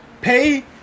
Pay